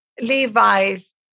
Levi's